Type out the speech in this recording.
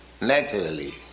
naturally